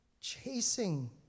chasing